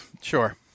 Sure